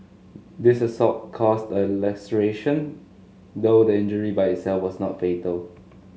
this assault caused a laceration though the injury by itself was not fatal